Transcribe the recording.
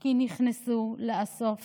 כי נכנסו לאסוף